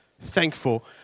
thankful